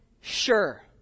sure